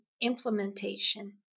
implementation